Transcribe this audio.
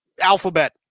alphabet